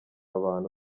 abantu